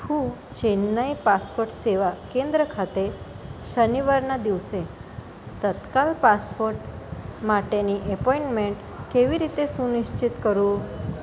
હું ચેન્નઈ પાસપોર્ટ સેવા કેન્દ્ર ખાતે શનિવારના દિવસે તત્કાલ પાસપોર્ટ માટેની એપોઈન્ટમેન્ટ કેવી રીતે સુનિશ્ચિત કરું